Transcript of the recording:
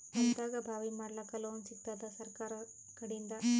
ಹೊಲದಾಗಬಾವಿ ಮಾಡಲಾಕ ಲೋನ್ ಸಿಗತ್ತಾದ ಸರ್ಕಾರಕಡಿಂದ?